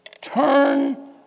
Turn